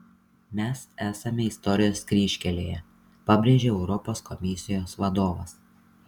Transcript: mes esame istorijos kryžkelėje pabrėžė europos komisijos vadovas